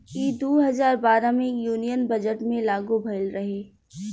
ई दू हजार बारह मे यूनियन बजट मे लागू भईल रहे